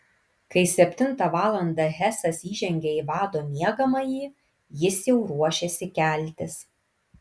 kai septintą valandą hesas įžengė į vado miegamąjį jis jau ruošėsi keltis